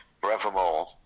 Forevermore